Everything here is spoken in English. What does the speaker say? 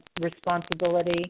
responsibility